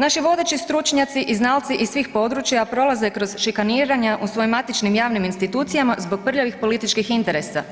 Naši vodeći stručnjaci i znalci iz svih područja prolaze kroz šikaniranje u svojim matičnim javnim institucijama zbog prljavih političkih interesa,